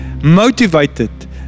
motivated